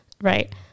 right